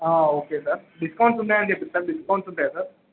ఆ okay sir discounts ఉంటాయని చెప్పారు డిస్కౌంట్స్ ఉంటాయా సార్